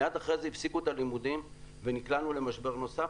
מיד אחרי כן הפסיקו את הלימודים ונקלענו למשבר נוסף.